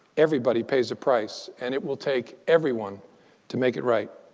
everybody pays a price. and it will take everyone to make it right,